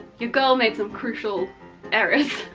your girl made some crucial errors.